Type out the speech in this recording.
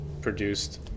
produced